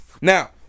Now